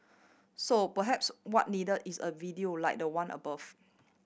so perhaps what needed is a video like the one above